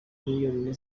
miliyoni